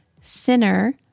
sinner